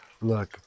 look